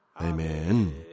Amen